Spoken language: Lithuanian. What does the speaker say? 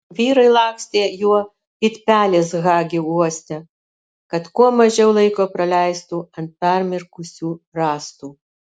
vyrai lakstė juo it pelės hagi uoste kad kuo mažiau laiko praleistų ant permirkusių rąstų